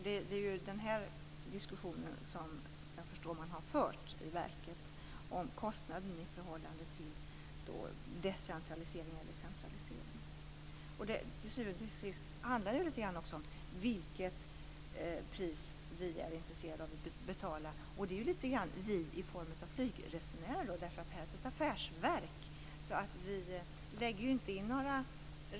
Det är den diskussionen om kostnaden för decentralisering i förhållande till centralisering som jag förstår att man har fört i verket. Till syvende och sist handlar det om vilket pris vi är intresserade av att betala. Det är fråga om vi litet grand i egenskap av flygresenärer. Luftfartsverket är ett affärsverk.